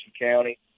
County